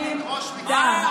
צריכים דם,